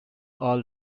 all